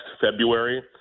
February